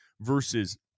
versus